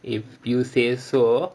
if you say so